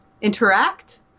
interact